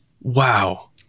Wow